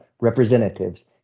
representatives